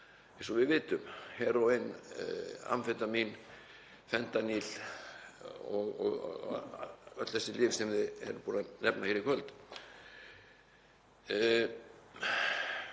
og við vitum, heróín, amfetamín, fentanýl og öll þessi lyf sem við erum búin að nefna hér í kvöld.